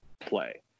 play